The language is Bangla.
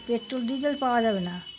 পেট্রোল ডিজেল পাওয়া যাবে না